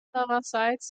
andererseits